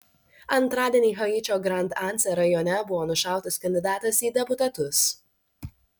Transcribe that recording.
antradienį haičio grand anse rajone buvo nušautas kandidatas į deputatus